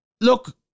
Look